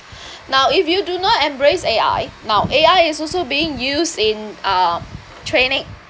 now if you do not embrace A_I now A_I is also being used in uh training